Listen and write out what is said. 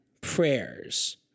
prayers